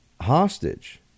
hostage